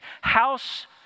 house